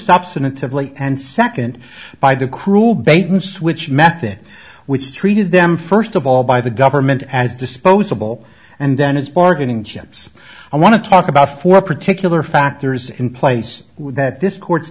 substantively and second by the cruel bait and switch method which treated them first of all by the government as disposable and then as bargaining chips i want to talk about four particular factors in place that this court